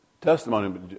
testimony